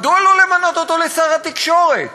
מדוע לא למנות אותו לשר התקשורת?